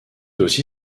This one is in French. aussi